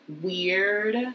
weird